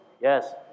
Yes